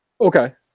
Okay